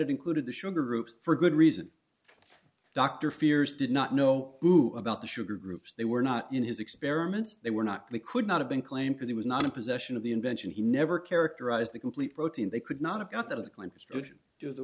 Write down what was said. it included the sugar group for good reason dr fears did not know who about the sugar groups they were not in his experiments they were not the could not have been claim because he was not in possession of the invention he never characterized the complete protein they could not have got th